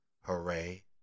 Hooray